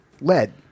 lead